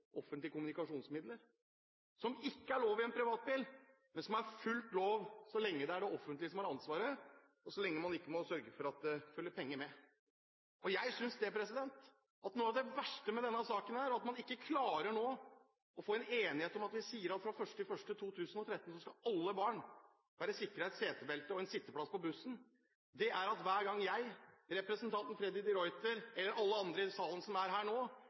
offentlige skyssmidler eller offentlige kommunikasjonsmidler – som ikke er lov i en privatbil, men som er fullt lovlig så lenge det er det offentlige som har ansvaret, og så lenge man ikke må sørge for at det følger penger med. Jeg synes at noe av det verste med denne saken – at man ikke klarer nå å få en enighet om at vi sier at fra 1. januar 2013 skal alle barn være sikret et setebelte og en sitteplass på bussen – er at hver gang jeg, representanten Freddy de Ruiter eller alle andre i denne salen som er her nå,